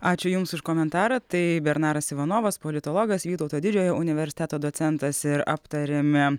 ačiū jums už komentarą tai bernaras ivanovas politologas vytauto didžiojo universiteto docentas ir aptarėme